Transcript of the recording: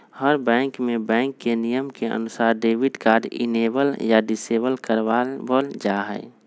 हर bank में bank के नियम के अनुसार डेबिट कार्ड इनेबल या डिसेबल करवा वल जाहई